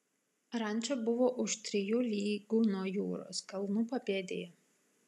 ranča buvo už trijų lygų nuo jūros kalnų papėdėje